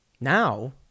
Now